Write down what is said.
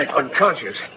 unconscious